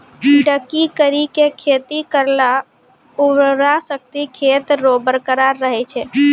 ढकी करी के खेती करला उर्वरा शक्ति खेत रो बरकरार रहे छै